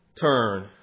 turn